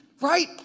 right